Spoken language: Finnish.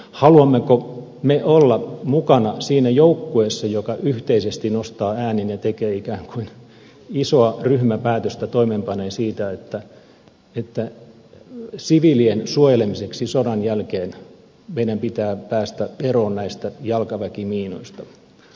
haluammeko me olla mukana siinä joukkueessa joka yhteisesti nostaa äänen ja tekee ikään kuin isoa ryhmäpäätöstä toimeenpanee sitä että siviilien suojelemiseksi sodan jälkeen meidän pitää päästä eroon näistä jalkaväkimiinoista